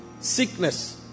sickness